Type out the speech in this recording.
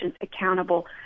accountable